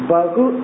Bagu